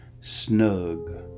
snug